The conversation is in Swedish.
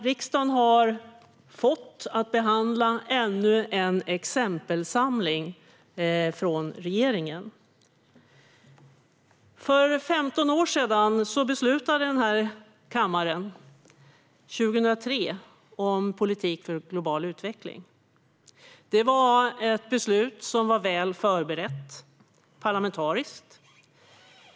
Riksdagen har alltså fått ännu en exempelsamling från regeringen att behandla. För 15 år sedan, 2003, beslutade den här kammaren om politik för global utveckling. Det var ett parlamentariskt väl förberett beslut.